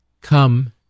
Come